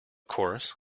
course